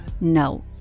no